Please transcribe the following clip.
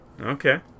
Okay